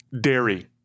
dairy